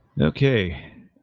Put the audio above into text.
Okay